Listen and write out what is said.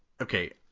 okay